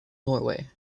norway